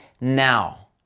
now